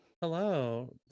Hello